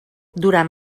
durant